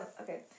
Okay